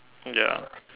ya